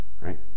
Right